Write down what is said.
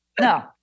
No